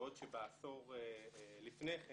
בעוד שבעשור לפני כן